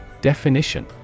Definition